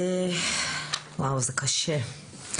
וואו זה קשה.